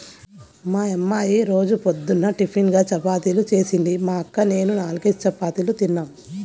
మా యమ్మ యీ రోజు పొద్దున్న టిపిన్గా చపాతీలు జేసింది, మా అక్క నేనూ నాల్గేసి చపాతీలు తిన్నాం